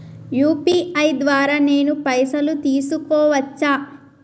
UPI ద్వారా నేను పైసలు తీసుకోవచ్చా?